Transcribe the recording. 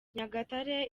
nyagatare